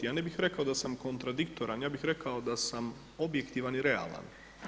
Ja ne bih rekao da sam kontradiktoran, ja bih rekao da sam objektivan i realan.